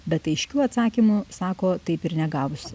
bet aiškių atsakymų sako taip ir negavusi